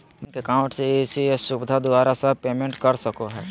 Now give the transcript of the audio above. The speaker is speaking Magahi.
बैंक अकाउंट से इ.सी.एस सुविधा द्वारा सब पेमेंट कर सको हइ